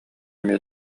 эмиэ